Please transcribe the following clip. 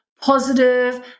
Positive